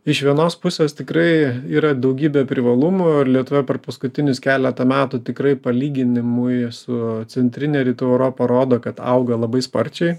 iš vienos pusės tikrai yra daugybė privalumų ir lietuva per paskutinius keletą metų tikrai palyginimui su centrine rytų europa rodo kad auga labai sparčiai